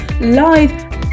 live